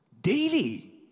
Daily